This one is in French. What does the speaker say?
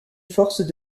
forces